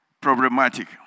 problematic